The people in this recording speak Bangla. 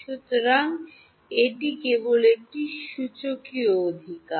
সুতরাং এটি কেবল একটি সূচকীয় অধিকার